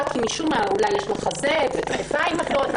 כי משום מה אולי יש לה חזה וכתפיים אחרות,